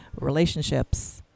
relationships